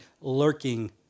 lurking